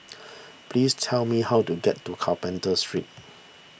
please tell me how to get to Carpenter Street